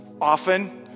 often